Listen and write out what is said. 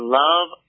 love